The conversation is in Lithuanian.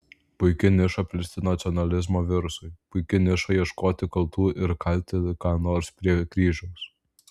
puiki niša plisti nacionalizmo virusui puiki niša ieškoti kaltų ir kalti ką nors prie kryžiaus